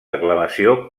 aclamació